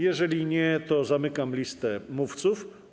Jeżeli nie, to zamykam listę mówców.